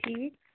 ٹھیٖک